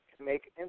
Make